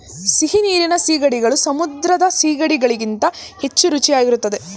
ಸಿಹಿನೀರಿನ ಸೀಗಡಿಗಳು ಸಮುದ್ರದ ಸಿಗಡಿ ಗಳಿಗಿಂತ ಹೆಚ್ಚು ರುಚಿಯಾಗಿರುತ್ತದೆ